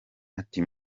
ati